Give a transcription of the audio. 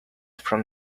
from